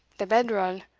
the bedral,